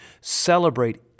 celebrate